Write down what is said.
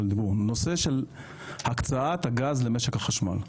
זה נושא של הקצאת הגז במשק החשמל.